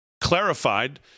clarified